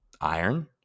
Iron